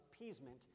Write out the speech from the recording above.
appeasement